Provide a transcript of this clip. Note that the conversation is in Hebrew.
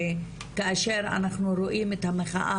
שכאשר אנחנו רואים את המחאה,